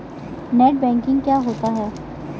Net banking क्या होता है?